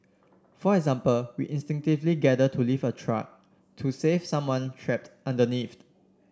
for example we instinctively gather to lift a truck to save someone trapped underneath